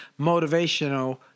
motivational